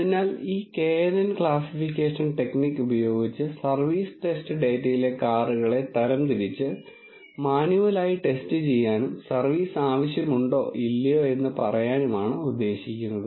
അതിനാൽ ഈ knn classification technique ഉപയോഗിച്ച് സർവീസ് ടെസ്റ്റ് ഡാറ്റയിലെ കാറുകളെ തരംതിരിച്ച് മാനുവലായി ടെസ്റ്റ് ചെയ്യാനും സർവീസ് ആവശ്യമുണ്ടോ ഇല്ലയോ എന്ന് പറയാനുമാണ് ഉദ്ദേശിക്കുന്നത്